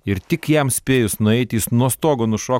ir tik jam spėjus nueiti jis nuo stogo nušok